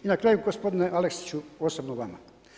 I na kraju gospodine Aleksiću osobno vama.